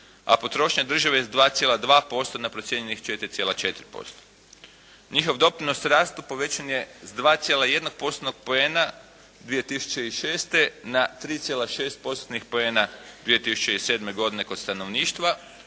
a potrošnja države s 2,2% na procijenjenih 4,4%. Njihov doprinos rastu povećan je s 2,1 postotnog poena 2006. na 3,6 postotnih poena 2007. godine kod stanovništva